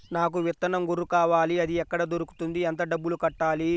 నాకు విత్తనం గొర్రు కావాలి? అది ఎక్కడ దొరుకుతుంది? ఎంత డబ్బులు కట్టాలి?